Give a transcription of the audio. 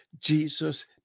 Jesus